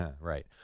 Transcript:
Right